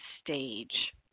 stage